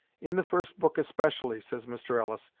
in the first book especially, says mr. ellis,